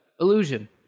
Illusion